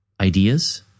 ideas